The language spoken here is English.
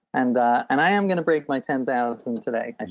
and and i am going to break my ten thousand today, and